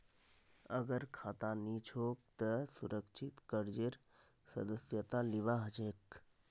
अगर खाता नी छोक त सुरक्षित कर्जेर सदस्यता लिबा हछेक